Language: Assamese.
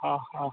অ অ